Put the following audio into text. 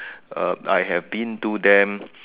uh I have been to them